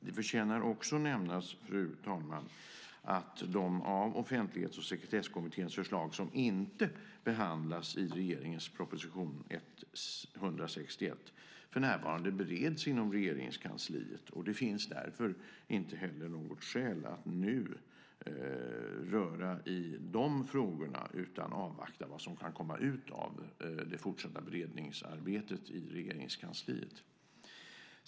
Det förtjänar också att nämnas, fru talman, att de av Offentlighets och sekretesskommitténs förslag som inte behandlas i regeringens proposition 161 för närvarande bereds inom Regeringskansliet. Det finns därför inte heller något skäl att nu röra i de frågorna, utan vi vill avvakta vad som kan komma ut av det fortsatta beredningsarbetet i Regeringskansliet.